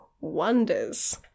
wonders